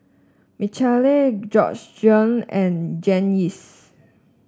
Michale Georgeann and Janyce